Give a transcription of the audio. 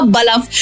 Balaf